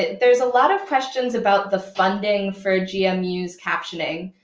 there's a lot of questions about the funding for gmu's captioning.